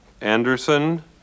Anderson